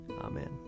Amen